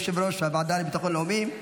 יושב-ראש הוועדה לביטחון לאומי,